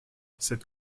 cette